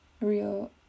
real